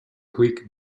greek